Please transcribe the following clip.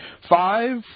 five